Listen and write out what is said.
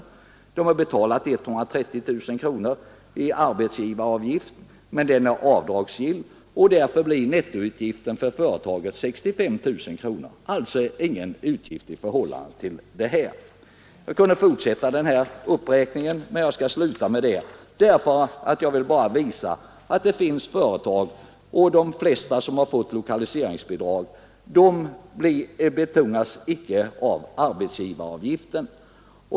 Företaget har som sagt betalat 130 000 kronor i arbetsgivaravgift, men den är avdragsgill, och därför blir nettoutgiften för företaget 65 000 kronor, dvs. ingen utgift i förhållande till bidraget. Jag kunde fortsätta denna uppräkning men jag skall nöja mig med detta exempel. Jag har bara velat visa att de flesta företag som fått lokaliseringsbidrag icke betungas av arbetsgivaravgiften.